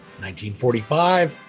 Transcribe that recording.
1945